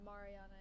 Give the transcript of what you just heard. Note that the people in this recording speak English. Mariana